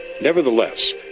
Nevertheless